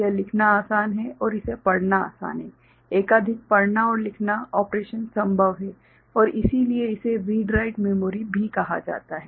यह लिखना आसान है और इसे पढ़ना आसान है एकाधिक पढ़ना और लिखना ऑपरेशन संभव है और इसी लिए इसे रीड राइट मेमोरी भी कहा जाता है